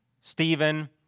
Stephen